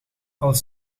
als